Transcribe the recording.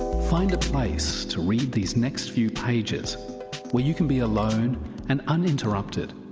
find a place to read these next few pages where you can be alone and uninterrupted.